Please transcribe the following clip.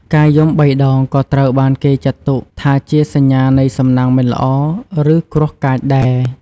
ការយំបីដង ក៏ត្រូវបានគេចាត់ទុកថាជាសញ្ញានៃសំណាងមិនល្អ ឬគ្រោះកាចដែរ។